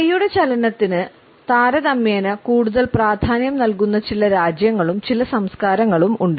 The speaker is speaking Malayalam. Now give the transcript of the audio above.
കൈകളുടെ ചലനത്തിന് താരതമ്യേന കൂടുതൽ പ്രാധാന്യം നൽകുന്ന ചില രാജ്യങ്ങളും ചില സംസ്കാരങ്ങളും ഉണ്ട്